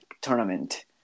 tournament